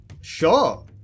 Sure